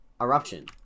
eruption